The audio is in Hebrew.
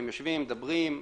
הם יושבים מדברים,